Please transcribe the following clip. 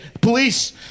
police